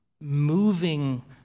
moving